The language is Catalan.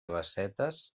bassetes